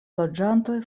loĝantoj